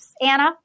Anna